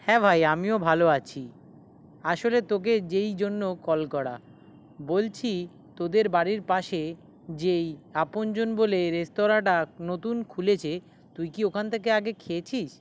হ্যাঁ ভাই আমিও ভালো আছি আসলে তোকে যেই জন্য কল করা বলছি তোদের বাড়ির পাশে যেই আপনজন বলে রেস্তরাঁটা নতুন খুলেছে তুই কি ওখান থেকে আগে খেয়েছিস